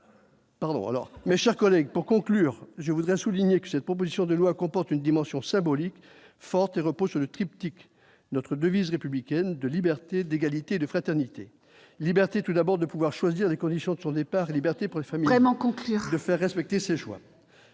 mes chers collègues, pour conclure, je voudrais souligner que cette proposition de loi comporte une dimension symbolique forte repose sur le triptyque notre devise républicaine de liberté, d'égalité, de fraternité, liberté, tout d'abord de pouvoir choisir des conditions de son départ, liberté pour les familles vraiment conclure de faire respecter ses choix.